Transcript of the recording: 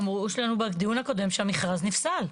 אמרו בדיון הקודם שהמכרז נפסל.